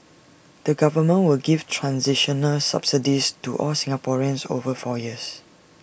the government will give transitional subsidies to all Singaporeans over four years